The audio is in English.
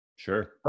Sure